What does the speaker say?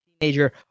teenager